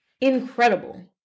incredible